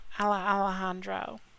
Alejandro